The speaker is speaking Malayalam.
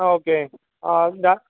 ഓക്കേ ഞാ